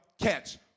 catch